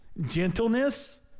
Gentleness